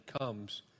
comes